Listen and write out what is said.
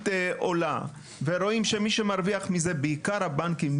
עולה ורואים שמי שמרוויח מזה בעיקר הבנקים,